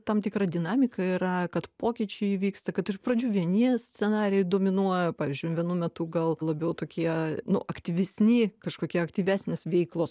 tam tikra dinamika yra kad pokyčiai vyksta kad iš pradžių vieni scenarijai dominuoja pavyzdžiui vienu metu gal labiau tokie nu aktyvesni kažkokie aktyvesnės veiklos